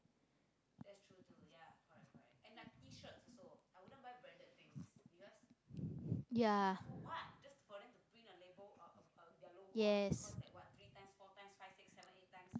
ya yes